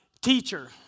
Teacher